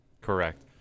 Correct